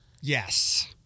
Yes